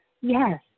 Yes